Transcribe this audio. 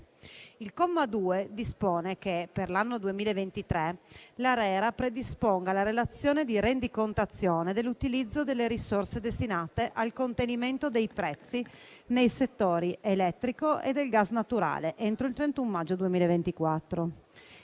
Il comma 2 dispone che per l'anno 2023 l'ARERA predisponga la relazione di rendicontazione dell'utilizzo delle risorse destinate al contenimento dei prezzi nei settori elettrico e del gas naturale entro il 31 maggio 2024.